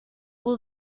will